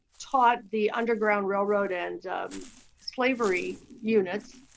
taught the underground railroad and slavery units.